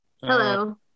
Hello